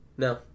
No